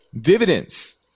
dividends